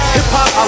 Hip-hop